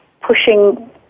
pushing